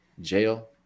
jail